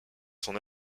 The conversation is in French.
son